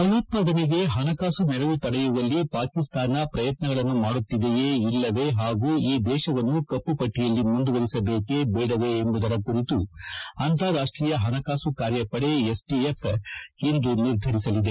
ಭಯೋತ್ಸಾದನೆಗೆ ಪಣಕಾಸು ನೆರವು ತಡೆಯುವಲ್ಲಿ ಪಾಕಿಸ್ಸಾನ ಪ್ರಯತ್ಯಗಳನ್ನು ಮಾಡುತ್ತಿದೆಯೇ ಇಲ್ಲವೇ ಪಾಗೂ ಈ ದೇಶವನ್ನು ಕಪುಪಟ್ಟಿಯಲ್ಲಿ ಮುಂದುವರೆಸಬೇಕೆ ಬೇಡವೇ ಎಂಬುದರ ಕುರಿತು ಅಂತಾರಾಷ್ಷೀಯ ಪಣಕಾಸು ಕಾರ್ಯಪಡೆ ಎಫ್ಎಟಎಫ್ ಇಂದು ನಿರ್ಧರಿಸಲಿದೆ